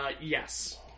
Yes